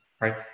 right